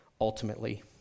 ultimately